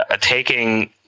taking